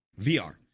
VR